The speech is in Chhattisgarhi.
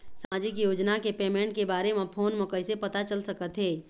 सामाजिक योजना के पेमेंट के बारे म फ़ोन म कइसे पता चल सकत हे?